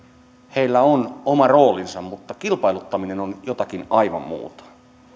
heillä on oma roolinsa mutta kilpailuttaminen on jotakin aivan muuta